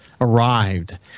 arrived